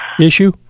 issue